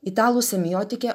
italų semiotikė